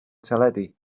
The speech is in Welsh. teledu